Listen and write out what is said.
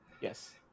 yes